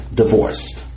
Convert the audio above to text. divorced